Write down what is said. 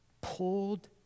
pulled